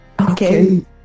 Okay